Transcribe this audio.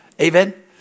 Amen